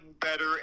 better